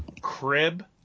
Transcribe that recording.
Crib